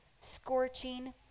scorching